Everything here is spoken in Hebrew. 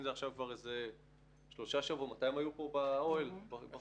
זה עכשיו כבר שלושה שבועות מתי הם היו פה באוהל בחוץ?